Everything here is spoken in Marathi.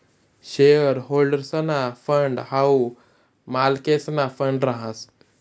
शेअर होल्डर्सना फंड हाऊ मालकेसना फंड रहास